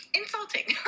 insulting